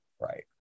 right